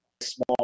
small